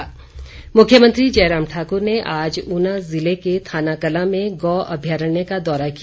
दौरा मुख्यमंत्री जयराम ठाकुर ने आज ऊना ज़िले के थानाकलां में गौ अभ्यारण्य का दौरा किया